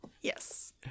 Yes